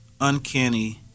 uncanny